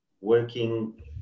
working